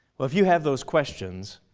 well if you have those questions,